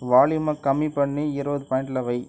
வால்யூமை கம்மி பண்ணி இருபது பாயிண்ட்டில் வை